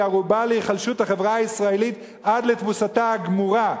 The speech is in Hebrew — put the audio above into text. ערובה להיחלשות החברה הישראלית עד לתבוסתה הגמורה,